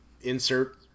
insert